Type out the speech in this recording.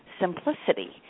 simplicity